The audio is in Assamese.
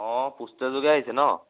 অঁ পোষ্টেলযোগে আহিছে ন